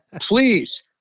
Please